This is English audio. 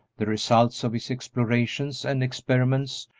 the results of his explorations and experiments,